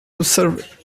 observe